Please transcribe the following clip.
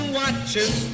watches